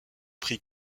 prix